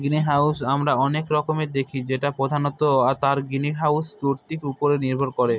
greenhouse আমরা অনেক রকমের দেখি যেটা প্রধানত তার গ্রিনহাউস কৃতির উপরে নির্ভর করে